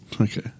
Okay